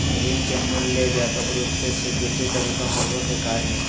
ऋण के मूल्य ले व्यापक रूप से स्वीकृत तरीका होबो के कार्य हइ